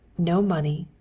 no money,